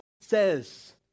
says